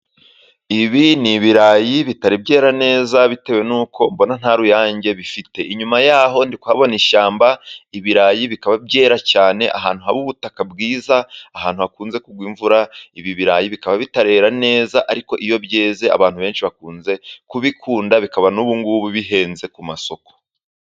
Ibi ni ibirayi bitari byera neza bitewe n'uko mbona nta ruyange bifite, inyuma yaho ndikuhabona ishyamba, ibirayi bikaba bitari byera cyane, ahantu haba ubutaka bwiza ahantu hakunze kugwa imvura ibi birayi bikaba bitarera neza ariko iyo byeze abantu benshi bakunze kubikunda bikaba n'ubungubu bihenze ku masoko.